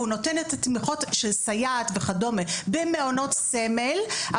והוא נותן את התמיכות של סייעות וכדומה במעונות סמל,